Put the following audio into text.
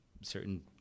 certain